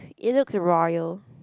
you know the royal